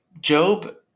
Job